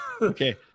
okay